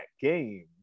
game